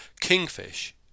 kingfish